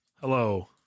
Hello